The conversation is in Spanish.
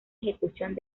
ejecución